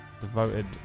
devoted